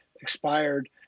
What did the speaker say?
expired